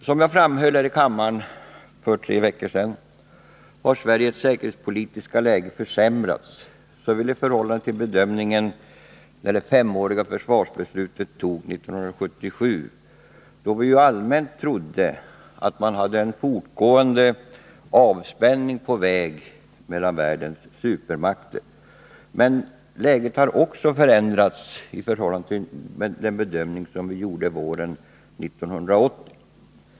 Som jag framhöll i kammaren för tre veckor sedan har Sveriges säkerhetspolitiska läge försämrats i förhållande till den bedömning som gjordes när det femåriga försvarsbeslutet togs 1977, då vi allmänt trodde på en fortgående avspänning mellan världens supermakter. Men läget har också försämrats i förhållande till den bedömning som vi gjorde våren 1980.